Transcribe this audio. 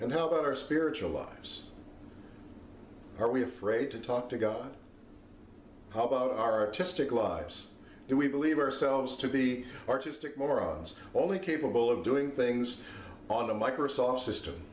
and how about our spiritual lives are we afraid to talk to god how about artistic lives do we believe ourselves to be artistic morons only capable of doing things on a microsoft system